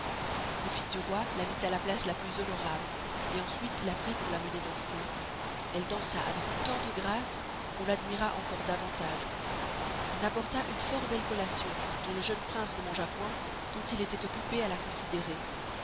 le fils du roi la mit à la place la plus honorable ensuite la prit pour la mener danser elle dança avec tant de grace qu'on l'admira encore davantage on apporta une fort belle collation dont le jeune prince ne mangea point tant il estoit occupé à la considerer